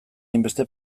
hainbeste